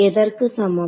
எதற்கு சமம்